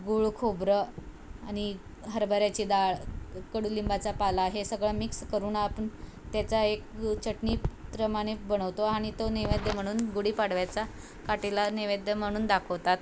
गुळ खोबरं आणि हरभऱ्याची डाळ कडुलिंबाचा पाला हे सगळं मिक्स करून आपण त्याचा एक चटणी प्रमाणे बनवतो आणि तो नैवेद्य म्हणून गुडीपाडव्याचा काठीला नैवेद्य म्हणून दाखवतात